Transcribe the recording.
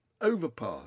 overpass